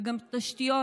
וגם התשתיות,